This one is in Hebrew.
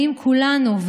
האם כולנו,